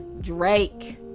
Drake